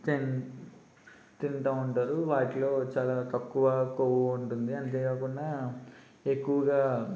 తిన్ తింటా ఉంటారు వాటిలో చాలా తక్కువ కొవ్వు ఉంటుంది అంతేకాకుండా ఎక్కువగా